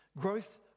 Growth